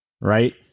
right